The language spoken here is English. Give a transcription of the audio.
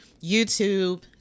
YouTube